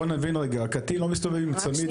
בוא נבין רגע, הקטין לא מסתובב עם אזיק או צמיד,